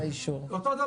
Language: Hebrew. אותו דבר.